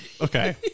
okay